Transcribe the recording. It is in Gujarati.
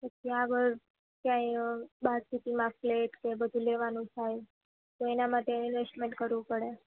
ત્યાં આગળ ક્યાંય બાર સિટીમાં ફ્લેટ કે બધું લેવાનું થાય તો એના માટે ઈન્વેસ્ટમેન્ટ કરવું પડે